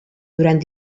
durant